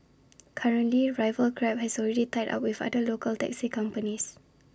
currently rival grab has already tied up with other local taxi companies